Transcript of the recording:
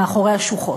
מאחורי השוחות.